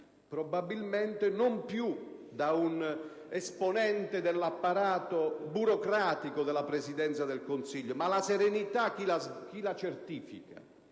Probabilmente non più da un esponente dell'apparato burocratico della Presidenza del Consiglio. Chi certifica